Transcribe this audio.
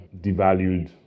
devalued